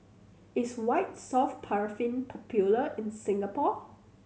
is White Soft Paraffin popular in Singapore